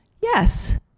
Yes